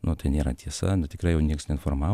nu tai nėra tiesa nu tikrai jau nieks neinformavo